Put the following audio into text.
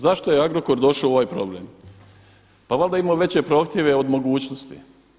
Zašto je Agrokor došao u ovaj problem? pa valjda je imao veće prohtjeve od mogućnosti.